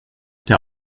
der